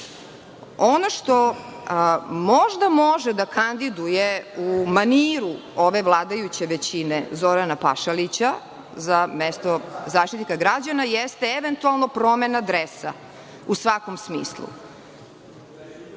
što možda može da kandiduje, u maniru ove vladajuće većine Zorana Pašalića za mesto Zaštitnika građana, jeste eventualno promena dresa u svakom smislu,